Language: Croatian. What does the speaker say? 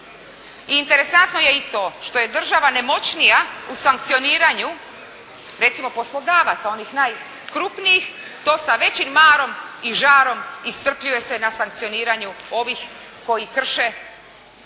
I interesantno je i to što je država nemoćnija u sankcioniranju, recimo poslodavaca, onih najkrupnijih to sa većim marom i žarom iscrpljuje se na sankcioniranju ovih koji krše i